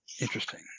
Interesting